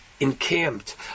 Encamped